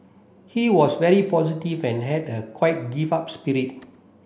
he was very positive and had the quite give up spirit